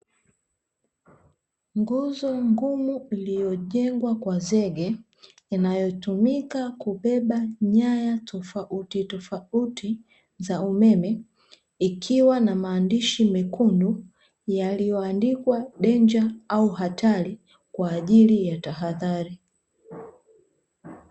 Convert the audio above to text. Nguzo ngumu iliyojengwa kwa zege inayotumika kubeba nyaya tofauti tofauti za umeme, ikiwa na maandishi mekundu yaliyo andikwa "DANGER" au hatari kwaajili ya tahadhari.